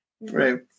Right